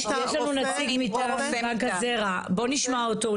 יש לנו נציג מטעם בנק הזרע, בואו נשמע אותו.